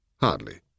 hardly